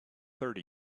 thirty